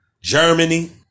Germany